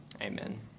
amen